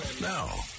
Now